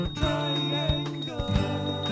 triangle